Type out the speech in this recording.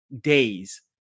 days